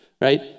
right